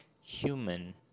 human